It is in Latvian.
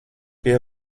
pie